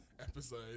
episode